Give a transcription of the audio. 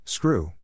Screw